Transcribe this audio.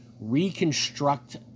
reconstruct